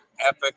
epic